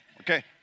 Okay